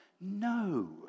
No